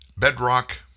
Bedrock